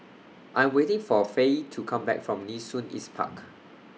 I Am waiting For Fae to Come Back from Nee Soon East Park